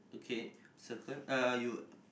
okay circle uh you